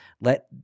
let